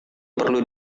perlu